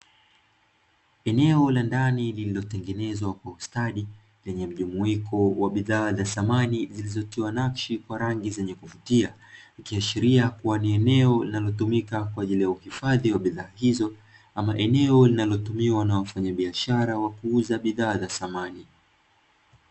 Eneo la ndani lililotengenezwa kwa ustadi, lenye mjumuiko wa bidhaa za samani zilizotiwa nakshi kwa rangi zenye kuvutia, ikiashiria kuwa ni eneo linalotumika kwa ajili ya uhifadhi wa bidhaa hizo, ama ni eneo linalotumiwa na wafanyabiashara wa kuuza bidhaa za samani.